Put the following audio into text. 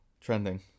trending